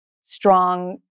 strong